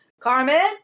Carmen